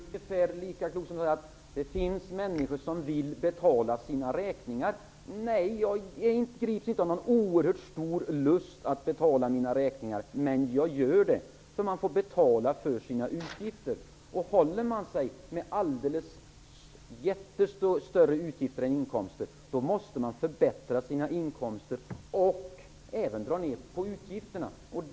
Herr talman! Det är ungefär lika klokt som att säga att det finns människor som vill betala sina räkningar. Nej, jag grips inte av någon oerhört stor lust att betala mina räkningar, men jag gör det. Man får betala för sina utgifter. Håller man sig med större utgifter än inkomster, måste man förbättra sina inkomster och även dra ned på utgifterna.